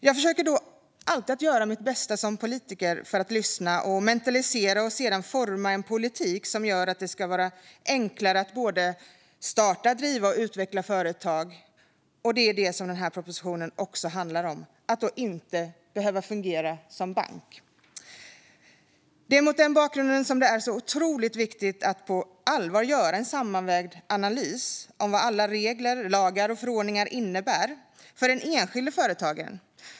Jag försöker då alltid göra mitt bästa som politiker för att lyssna, mentalisera och sedan forma en politik som gör att det blir enklare att starta, driva och utveckla företag. Det är också det som den här propositionen handlar om. Företagen ska inte behöva fungera som banker. Det är mot den bakgrunden det är så otroligt viktigt att på allvar göra en sammanvägd analys av vad alla regler, lagar och förordningar innebär för den enskilde företagaren.